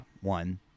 one